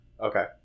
Okay